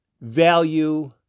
value